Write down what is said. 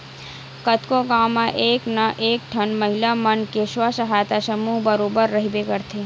कतको गाँव म एक ना एक ठन महिला मन के स्व सहायता समूह बरोबर रहिबे करथे